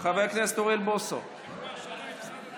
חבר הכנסת אוריאל בוסו, מדבר?